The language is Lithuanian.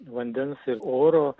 vandens ir oro